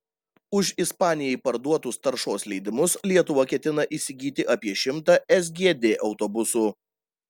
už ispanijai parduotus taršos leidimus lietuva ketina įsigyti apie šimtą sgd autobusų